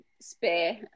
spare